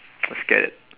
let's get it